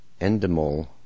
Endemol